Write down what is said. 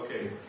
Okay